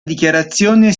dichiarazione